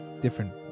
different